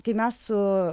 kai mes su